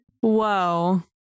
Whoa